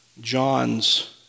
John's